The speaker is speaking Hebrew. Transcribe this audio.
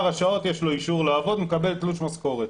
השעות יש לו אישור לעבוד והוא מקבל תלוש משכורת.